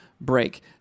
break